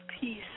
peace